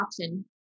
option